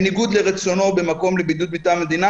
בניגוד לרצונו במקום לבידוד מטעם המדינה.